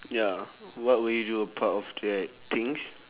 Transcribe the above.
ya what will you do apart of that things